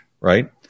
right